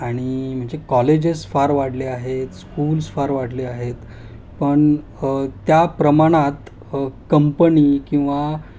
आणि म्हणजे कॉलेजेस फार वाढले आहेत स्कूल्स फार वाढले आहेत पण त्या प्रमाणात कंपनी किंवा